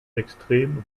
extrem